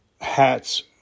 Hats